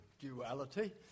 duality